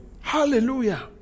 Hallelujah